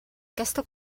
aquesta